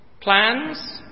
plans